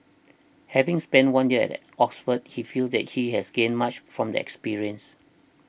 having spent one year at Oxford he feels that he has gained much from the experience